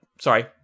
Sorry